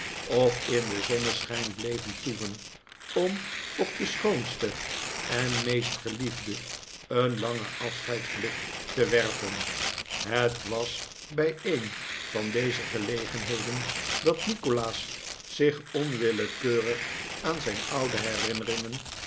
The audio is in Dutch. of in den zonneschijn bleven toeven om op de schoonste en meest geliefde een langen afscheidsblik te werpen het was bij een van deze gelegenheden dat nikolaas zich onwillekeurig aan zijn oude herinneringen